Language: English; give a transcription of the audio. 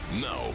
now